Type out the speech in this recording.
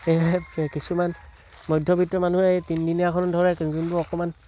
সেয়েহে কিছুমান মধ্যবিত্ত মানুহে তিনদিনীয়াখন ধৰে যোনবোৰে অকণমান